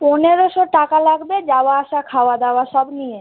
পনেরোশো টাকা লাগবে যাওয়া আসা খাওয়া দাওয়া সব নিয়ে